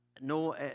no